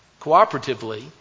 cooperatively